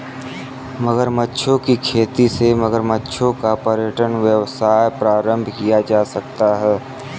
मगरमच्छों की खेती से मगरमच्छों का पर्यटन व्यवसाय प्रारंभ किया जा सकता है